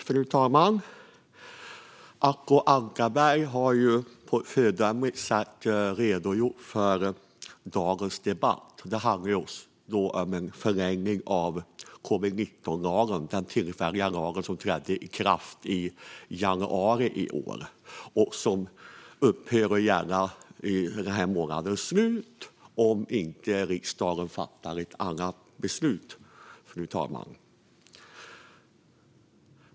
Fru talman! Acko Ankarberg Johansson har på ett föredömligt sätt redogjort för vad denna debatt handlar om: en förlängning av covid-19-lagen, den tillfälliga lag som trädde i kraft i januari i år och som upphör att gälla vid den här månadens slut om inte riksdagen fattar ett annat beslut.